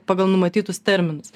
pagal numatytus terminus